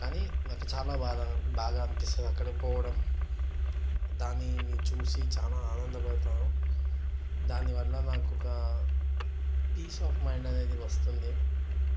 కానీ నాకు చాలా బాగా బాగా అనిపిస్తుంది అక్కడికి పోవడం దాన్ని చూసి చానా ఆనందపడతాను దానివల్ల నాకు ఒక పీస్ ఆఫ్ మైండ్ అనేది వస్తుంది